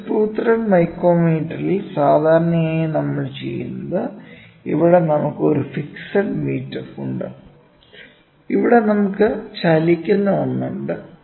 ഒരു screw thread മൈക്രോമീറ്ററിൽ സാധാരണയായി നമ്മൾ ചെയ്യുന്നത് ഇവിടെ നമുക്ക് ഒരു ഫിക്സഡ് മീറ്റർ ഉണ്ട് ഇവിടെ നമുക്ക് ചലിക്കുന്ന ഒന്ന് ഉണ്ട്